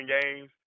games